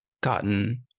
gotten